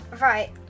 right